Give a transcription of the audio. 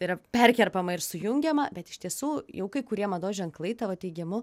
yra perkerpama ir sujungiama bet iš tiesų jau kai kurie mados ženklai tavo teigimu